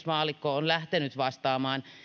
maallikko on lähtenyt vastaamaan